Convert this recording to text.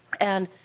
and